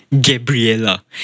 Gabriella